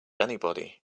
anybody